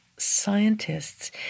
scientists